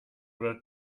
oder